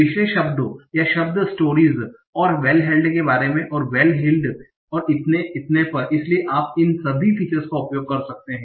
पिछले शब्दों या शब्द स्टोरीस और वेल हील्ड के बारे में और वेल हील्ड और इतने पर इसलिए आप इन सभी फीचर्स का उपयोग कर सकते हैं